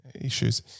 issues